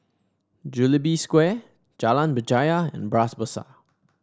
Jubilee Square Jalan Berjaya and Bras Basah